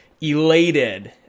elated